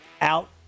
Out